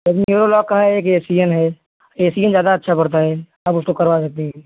एक नेरोलॉक का है एक एसियन है एसियन ज़्यादा अच्छा पड़ता है अब उसको करवा सकती हैं